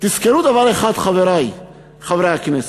תזכרו דבר אחד, חברי חברי הכנסת.